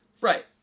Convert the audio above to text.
Right